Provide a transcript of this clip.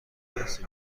کسی